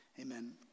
Amen